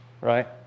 right